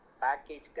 package